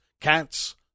cats